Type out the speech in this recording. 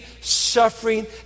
suffering